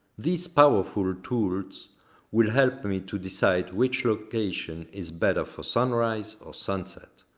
these powerfull tools will help me to decide wich location is better for sunrise or sunset.